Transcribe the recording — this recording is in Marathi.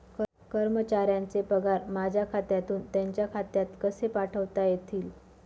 कर्मचाऱ्यांचे पगार माझ्या खात्यातून त्यांच्या खात्यात कसे पाठवता येतील?